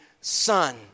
Son